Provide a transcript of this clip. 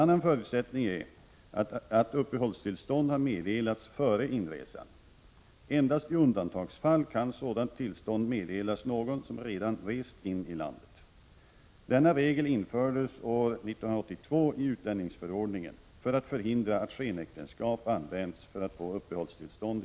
Rita Mörtlund har fört en tålmodig kamp för sin man, och för principen att makar inte skall tvingas att leva åtskilda. Denna princip har ju regeringen i Sverige arbetat för vid olika tillfällen.